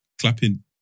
clapping